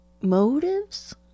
motives